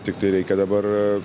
tiktai reikia dabar